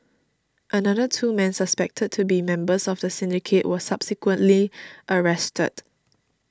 another two men suspected to be members of the syndicate were subsequently arrested